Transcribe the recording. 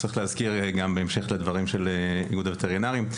צריך להזכיר גם בהמשך לדברים של איגוד הווטרינרים,